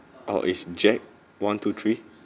oh is jack one two three